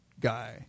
guy